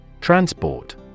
transport